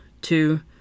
Two